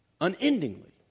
Unendingly